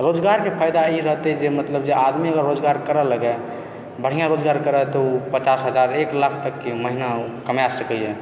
रोजगारके फायदा ई रहतै जे मतलब जे आदमी जे अगर रोजगार करऽ लगै बढ़िआँ रोजगार करै तऽ उ पचास हजार एक लाख तकके महीना उ कमा सकैए